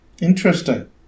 Interesting